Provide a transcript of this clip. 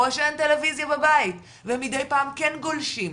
או שאין טלוויזיה בבית ומדי פעם כן גולשים,